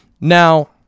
now